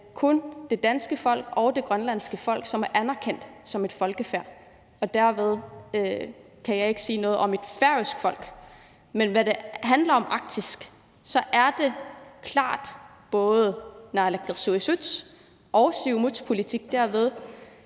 kun det danske folk og det grønlandske folk, som er anerkendt som et folkefærd, og derved kan jeg ikke sige noget om et færøsk folk. Men når det handler om Arktis, er det klart både naalakkersuisuts og Siumuts politik derved,